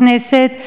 בכנסת,